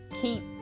keep